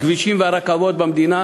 הכבישים והרכבות במדינה